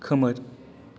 खोमोर